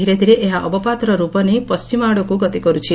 ଧୀରେ ଧୀରେ ଏହା ଅବପାତର ରୂପ ନେଇ ପଣ୍କିମ ଆଡକୁ ଗତି କରୁଛି